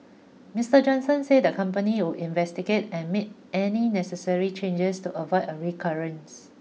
Mister Johnson said the company would investigate and made any necessary changes to avoid a recurrence